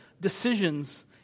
decisions